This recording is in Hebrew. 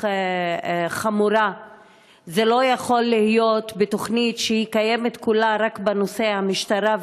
חמורה לא יכול להיות בתוכנית שכולה רק בנושא המשטרה,